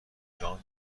جان